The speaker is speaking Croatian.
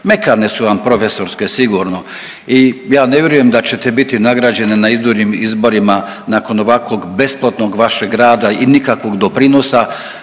mekane su vam profesorske sigurno i ja ne vjerujem da ćete biti nagrađeni na idućim izborima nakon ovakvog besplatnog vašeg rada i nikakvog doprinosa.